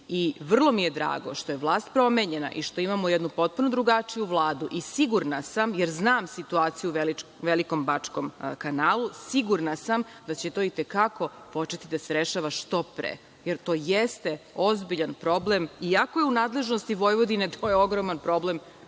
i vrlo mi je drago što je vlast promenjena i što imamo jednu potpuno drugačiju Vladu i sigurna sam, jer znam situaciju u Velikom bačkom kanalu, da će to i te kako početi da se rešava što pre, jer to jeste ozbiljan problem, iako je u nadležnosti Vojvodine, za celu